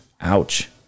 Ouch